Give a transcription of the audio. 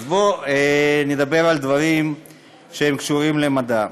אז בואו נדבר על דברים שקשורים למדע.